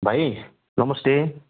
भाइ नमस्ते